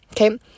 Okay